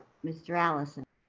mr. allison?